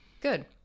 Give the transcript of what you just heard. Good